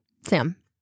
Sam